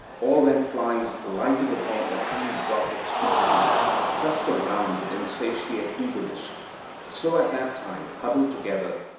or when flies lighting upon a tiny drop of sweet honey cluster round with insatiate eagerness so at that time, huddled together,